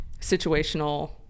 situational